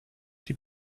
die